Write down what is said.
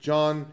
John